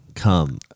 Come